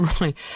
Right